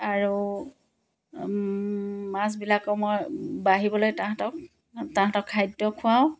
আৰু মাছবিলাকক মই বাঢ়িবলৈ তাহাঁতক তাহাঁতক খাদ্য খুৱাওঁ